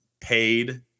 paid